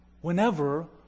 Whenever